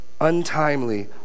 untimely